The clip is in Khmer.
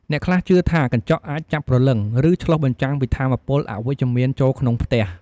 អ្នកខ្លះជឿថាកញ្ចក់អាចចាប់ព្រលឹង ឬឆ្លុះបញ្ចាំងពីថាមពលអវិជ្ជមានចូលក្នុងផ្ទះ។